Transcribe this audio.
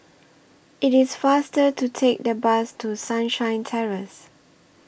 IT IS faster to Take The Bus to Sunshine Terrace